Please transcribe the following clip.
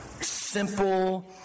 Simple